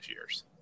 years